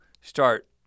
start